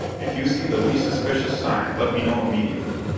if you see the least suspicious sign, let me know immediately.